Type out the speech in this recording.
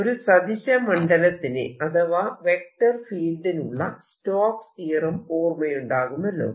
ഒരു സദിശ മണ്ഡലത്തിന് അഥവാ വെക്റ്റർ ഫീൽഡിനുള്ള സ്റ്റോക്സ് തിയറം ഓർമ്മയുണ്ടാകുമല്ലോ